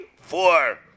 four